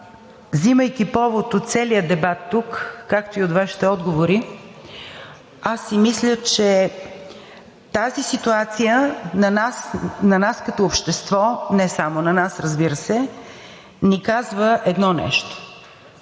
взимайки повод от целия дебат тук, както и от Вашите отговори, аз си мисля, че тази ситуация на нас като общество, не само на нас, разбира се, ни казва едно нещо